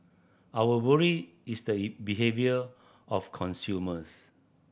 our worry is the behaviour of consumers